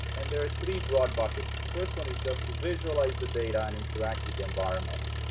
and there are three broad buckets. first one is just to visualize the data and interact with the environment.